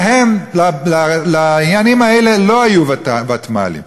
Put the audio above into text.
להם, לעניינים האלה, לא היו ותמ"לים.